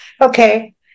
okay